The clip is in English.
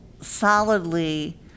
solidly